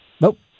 Nope